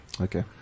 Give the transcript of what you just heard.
Okay